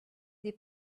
des